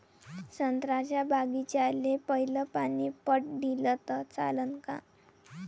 संत्र्याच्या बागीचाले पयलं पानी पट दिलं त चालन का?